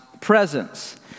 presence